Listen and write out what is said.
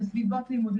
לסביבות לימוד,